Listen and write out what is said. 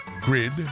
Grid